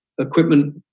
equipment